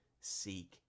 seek